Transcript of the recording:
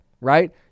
right